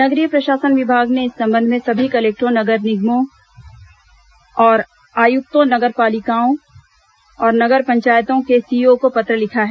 नगरीय प्रशासन विभाग ने इस संबंध में सभी कलेक्टरों नगर निगमों के आयुक्तों नगर पालिकाओं और नगर पंचायतों के सीईओ को पत्र लिया है